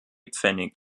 pfennig